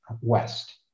west